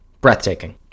breathtaking